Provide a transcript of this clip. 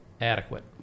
adequate